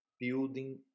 building